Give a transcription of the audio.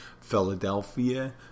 Philadelphia